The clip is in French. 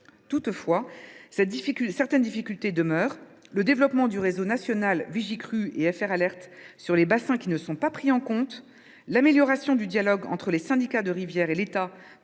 Toutefois, certaines difficultés demeurent : le développement du réseau national Vigicrues et FR Alert pour les bassins qui ne sont pas pris en compte, l’amélioration du dialogue entre les syndicats de rivières et l’État